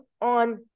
on